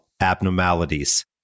abnormalities